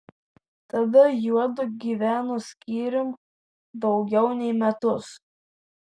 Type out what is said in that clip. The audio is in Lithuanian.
tada juodu gyveno skyrium daugiau nei metus